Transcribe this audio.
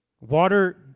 Water